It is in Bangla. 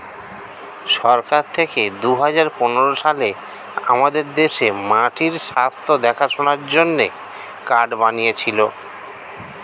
সরকার থেকে দুহাজার পনেরো সালে আমাদের দেশে মাটির স্বাস্থ্য দেখাশোনার জন্যে কার্ড বানিয়েছিলো